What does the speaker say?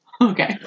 Okay